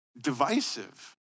divisive